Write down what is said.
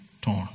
torn